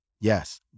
yes